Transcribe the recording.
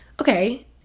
okay